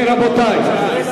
אם כן,